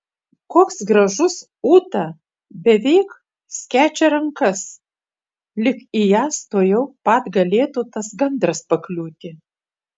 koks gražus ūta beveik skečia rankas lyg į jas tuojau pat galėtų tas gandras pakliūti